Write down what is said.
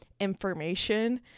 information